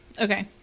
Okay